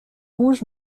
rouge